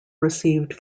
received